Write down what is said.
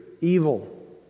evil